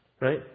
Right